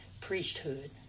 priesthood